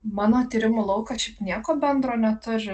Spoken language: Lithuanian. mano tyrimų laukas šiaip nieko bendro neturi